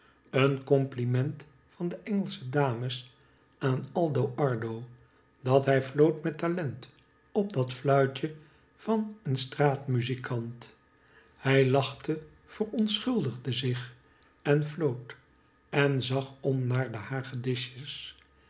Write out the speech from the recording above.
een compliment van de engelsche dames aan aldo ardo dat hij floot met talent op dat fluitje van een straatmuziekant hij lacnte verontschuldigde rich en floot en zag om naar de